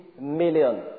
million